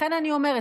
לכן אני אומרת,